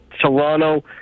Toronto